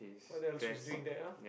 what else she's doing there